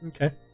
Okay